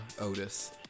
Otis